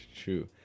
true